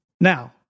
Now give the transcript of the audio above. Now